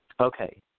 Okay